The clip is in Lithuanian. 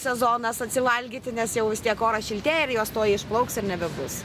sezonas atsivalgyti nes jau vis tiek oras šiltėja ir jos tuoj išplauks ir nebebus